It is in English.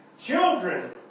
children